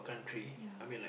ya